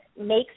makes